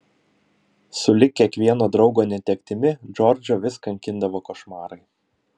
sulig kiekvieno draugo netektimi džordžą vis kankindavo košmarai